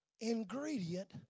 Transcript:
ingredient